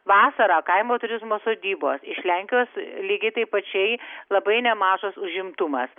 vasarą kaimo turizmo sodybos iš lenkijos lygiai taip pačiai labai nemažas užimtumas